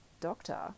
doctor